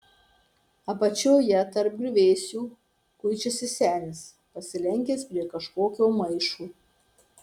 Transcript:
apačioje tarp griuvėsių kuičiasi senis pasilenkęs prie kažkokio maišo